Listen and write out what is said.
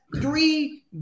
three